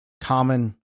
common